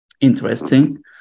interesting